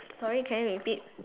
sorry can you repeat